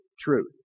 truth